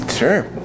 Sure